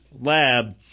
lab